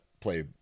play